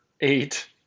eight